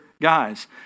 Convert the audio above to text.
guys